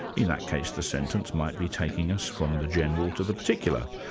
in that case, the sentence might be taking us from the general to the particular.